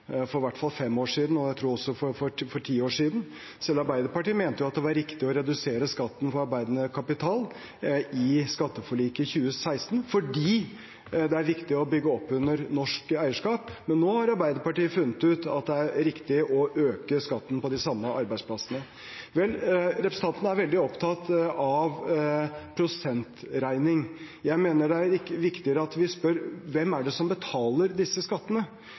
fem år siden, og jeg tror også for ti år siden. Selv Arbeiderpartiet mente jo at det var riktig å redusere skatten på arbeidende kapital i skatteforliket 2016, fordi det er viktig å bygge opp under norsk eierskap, men nå har Arbeiderpartiet funnet ut at det er riktig å øke skatten på de samme arbeidsplassene. Representanten er veldig opptatt av prosentregning. Jeg mener det er viktigere at vi spør: Hvem er det som betaler disse skattene?